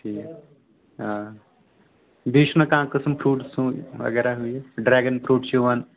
ٹھیٖک آ بیٚیہِ چھُنہ کانٛہہ قٕسٕم فِرٛوٗٹٕس وغیرہ ڈرٛیگَن فروٗٹ چھِ یِوان